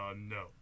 no